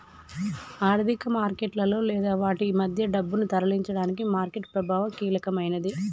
ఆర్థిక మార్కెట్లలో లేదా వాటి మధ్య డబ్బును తరలించడానికి మార్కెట్ ప్రభావం కీలకమైనది